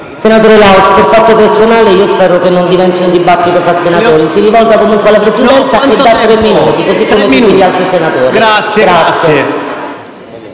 senatore Laus, per fatto personale. Io spero che non diventi un dibattito fra senatori. Si rivolga comunque alla Presidenza ed ha tre minuti; così come tutti gli altri senatori. LAUS